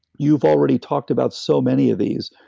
you've already talked about so many of these.